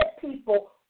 people